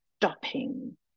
stopping